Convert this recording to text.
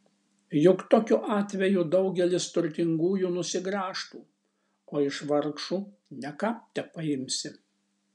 juk tokiu atveju daugelis turtingųjų nusigręžtų o iš vargšų ne ką tepaimsi